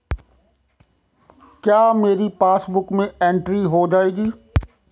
क्या मेरी पासबुक में एंट्री हो जाएगी?